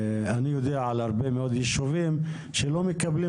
אני יודע על הרבה מאוד יישובים שלא מקבלים